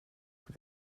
voor